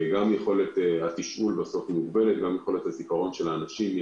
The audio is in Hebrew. יכולת התשאול מוגבלת וגם יכולת הזיכרון של האנשים היא